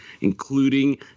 including